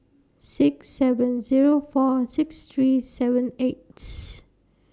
six seven Zero four six three seven eights